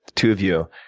two of you,